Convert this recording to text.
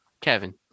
Kevin